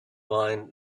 mine